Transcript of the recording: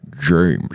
James